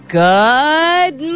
good